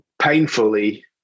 painfully